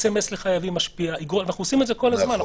משפיע SMS לחייבים ואנחנו עושים את זה כל הזמן.